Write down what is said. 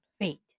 fate